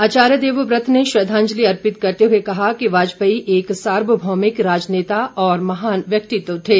आचार्य देवव्रत ने श्रद्धांजलि अर्पित करते हुए कहा कि वाजपेयी एक सार्वभौमिक राजनेता और महान व्यक्तित्व थे